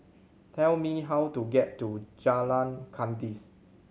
tell me how to get to Jalan Kandis